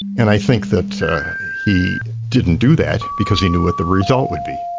and i think that he didn't do that because he knew what the result would be.